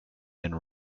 and